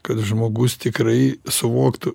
kad žmogus tikrai suvoktų